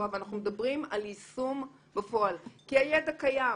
ואנחנו מדברים על יישום בפועל כי הידע קיים.